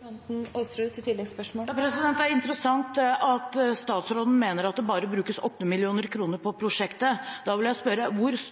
Det er interessant at statsråden mener at det bare brukes 8 mill. kr på prosjektet. Da må jeg spørre: